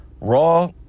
Raw